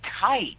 tight